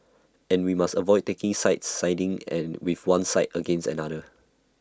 and we must avoid taking sides siding and with one side against another